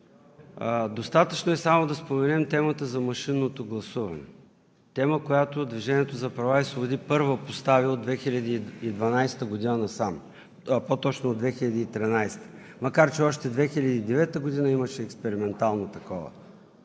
Достатъчно е само да споменем темата за машинното гласуване. Тема, която „Движението за права и свободи“ първа постави от 2012 г. насам – по-точно от 2013 г., макар че още 2009 г. имаше експериментално такова.